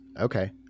Okay